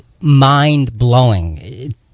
mind-blowing